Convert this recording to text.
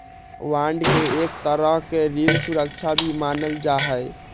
bond के एक तरह के ऋण सुरक्षा भी मानल जा हई